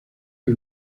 del